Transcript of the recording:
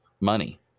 money